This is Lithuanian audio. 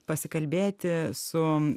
pasikalbėti su